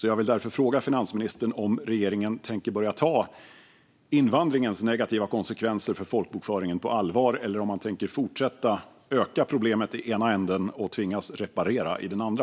Jag vill därför fråga finansministern om regeringen tänker börja ta invandringens negativa konsekvenser för folkbokföringen på allvar eller om man tänker fortsätta att öka problemet i ena änden och tvingas reparera i den andra?